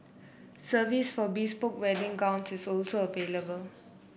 service for bespoke wedding gown is also available